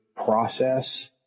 process